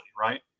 right